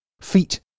feet